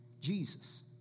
Jesus